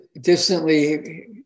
distantly